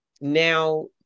now